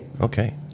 Okay